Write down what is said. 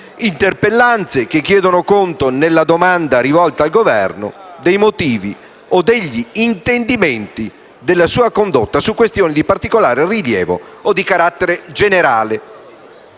"interpellanze", che chiedono conto nella domanda rivolta al Governo dei motivi o degli intendimenti della sua condotta su questioni di particolare rilievo o di carattere generale;».